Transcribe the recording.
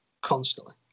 constantly